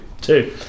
two